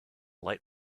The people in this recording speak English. light